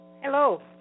Hello